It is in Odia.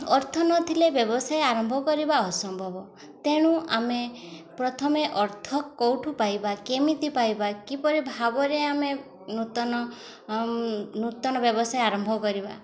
ଅର୍ଥ ନଥିଲେ ବ୍ୟବସାୟ ଆରମ୍ଭ କରିବା ଅସମ୍ଭବ ତେଣୁ ଆମେ ପ୍ରଥମେ ଅର୍ଥ କୋଉଠୁ ପାଇବା କେମିତି ପାଇବା କିପରି ଭାବରେ ଆମେ ନୂତନ ନୂତନ ବ୍ୟବସାୟ ଆରମ୍ଭ କରିବା